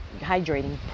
hydrating